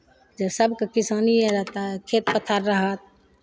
जब सबके किसानिए रहतै खेत पथार रहत